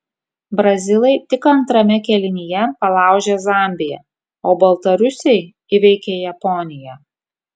brazilai tik antrame kėlinyje palaužė zambiją o baltarusiai įveikė japoniją